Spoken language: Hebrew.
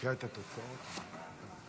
הצעת חוק הרשויות המקומיות